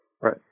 Right